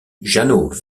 jeannot